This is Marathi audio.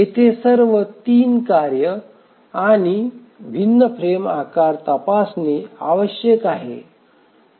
येथे सर्व 3 कार्ये आणि भिन्न फ्रेम आकार तपासणे आवश्यक आहे